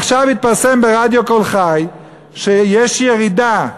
עכשיו התפרסם ברדיו "קול חי" שיש ירידה,